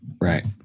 right